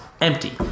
empty